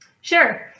Sure